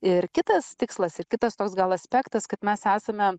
ir kitas tikslas ir kitas toks gal aspektas kad mes esame